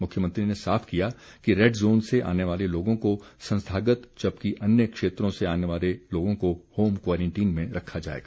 मुख्यमंत्री ने साफ किया कि रैड जोन से आने वाले लोगों को संस्थागत जबकि अन्य क्षेत्रों से आने वालों को होम क्वारंटीन में रखा जाएगा